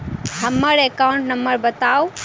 हम्मर account number बताऊ?